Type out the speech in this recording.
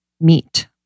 meet